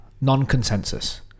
non-consensus